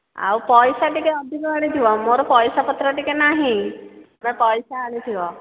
ଆଉ ପଇସା ଟିକିଏ ଅଧିକ ଆଣିଥିବ ମୋର ପଇସାପତ୍ର ଟିକିଏ ନାହିଁ ତୁମେ ପଇସା ଆଣିଥିବ